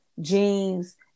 jeans